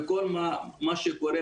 ל-4 היה קשה.